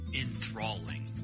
enthralling